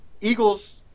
Eagles